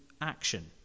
action